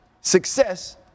success